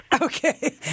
Okay